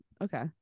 Okay